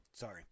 Sorry